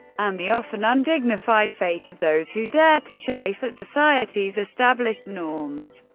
and the often undignified fate of those who dare to chafe at society's established norms.